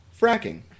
fracking